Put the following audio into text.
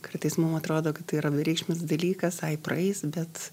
kartais mum atrodo kad tai yra bereikšmis dalykas ai praeis bet